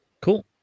Cool